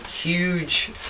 huge